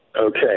Okay